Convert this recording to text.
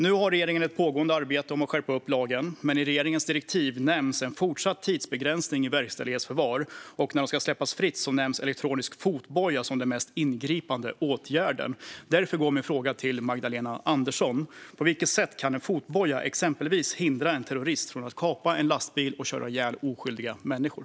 Nu har regeringen ett pågående arbete om att skärpa lagen, men i regeringens direktiv nämns en fortsatt tidsbegränsning i verkställighetsförvar. När personerna ska släppas fria nämns elektronisk fotboja som den mest ingripande åtgärden. Min fråga går till Magdalena Andersson. På vilket sätt kan en fotboja exempelvis hindra en terrorist från att kapa en lastbil och köra ihjäl oskyldiga människor?